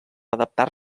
adaptar